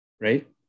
right